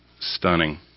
stunning